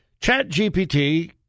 ChatGPT